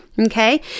okay